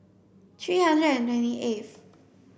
three hundred and twenty eighth